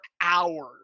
hours